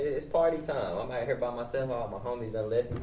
it's party time. i'm out here by myself, all my homies done left